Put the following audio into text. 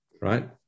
right